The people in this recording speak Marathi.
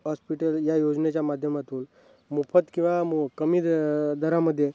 हॉस्पिटल या योजनेच्या माध्यमातून मुफत किंवा मो कमी द दरामध्ये